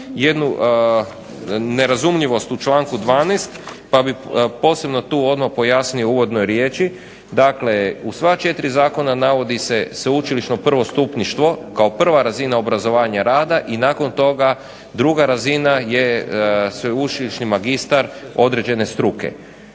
jednu nerazumljivost u članku 12. pa bih posebno tu odmah pojasnio u uvodnoj riječi. Dakle, u sva 4 zakona navodi se sveučilišno prvostupništvo kao prva razina obrazovanja rada i nakon toga druga razina je sveučilišni magistar određene struke.